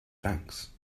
banks